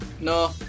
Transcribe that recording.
No